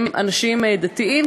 הם אנשים דתיים,